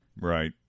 right